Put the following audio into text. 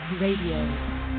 Radio